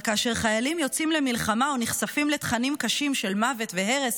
אבל כאשר חיילים יוצאים למלחמה או נחשפים לתכנים קשים של מוות והרס,